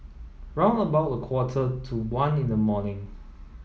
round about a quarter to one in the morning